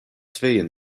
tweeën